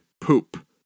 poop